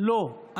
לא.